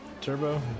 turbo